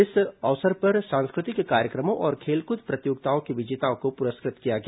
इस अवसर पर सांस्कृतिक कार्यक्रमों और खेलकूद प्रतियोगिताओं के विजेताओं को पुरस्कृत किया गया